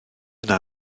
yna